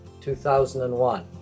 2001